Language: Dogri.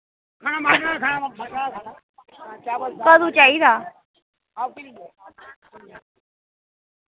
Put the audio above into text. कदूं चाहिदा